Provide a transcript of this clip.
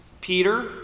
Peter